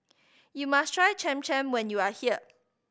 you must try Cham Cham when you are here